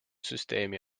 süsteemi